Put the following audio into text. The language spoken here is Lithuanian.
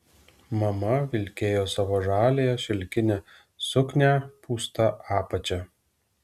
mama vilkėjo savo žaliąją šilkinę suknią pūsta apačia